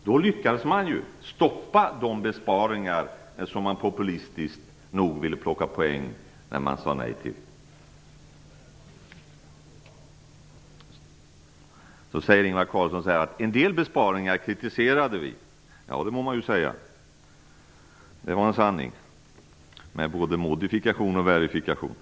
Då lyckades man stoppa de besparingar som man populistiskt ville plocka poäng med genom att säga nej till dem. Så säger Ingvar Carlsson: En del besparingar kritiserade vi. Ja, det må man ju säga! Det var en sanning med både modifikation och verifikation.